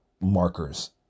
markers